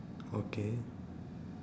okay